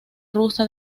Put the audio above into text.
rusa